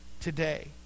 today